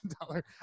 dollar